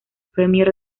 premier